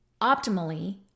optimally